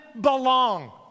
belong